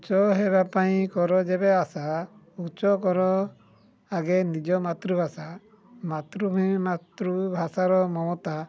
ଉଚ୍ଚ ହେବା ପାଇଁ କର ଯେବେ ଆଶା ଉଚ୍ଚ କର ଆଗେ ନିଜ ମାତୃଭାଷା ମାତୃଭୂମି ମାତୃଭାଷାର ମମତା